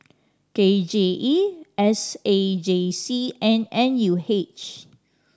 K J E S A J C and N U H